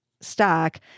stock